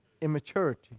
immaturity